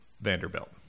Vanderbilt